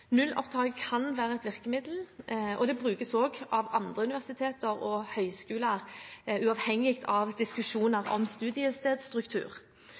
kan være et virkemiddel, og det brukes også av andre universiteter og høyskoler, uavhengig av diskusjoner om